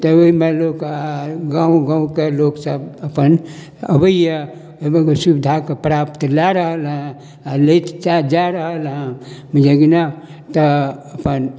तऽ ओइमे लोक गाँव गाँवके लोक सभ अपन अबैय ओइमे एगो सुविधाके प्राप्ति लए रहल हँ आओर लैत चा जा रहल हँ बुझलियै कि नहि तऽ अपन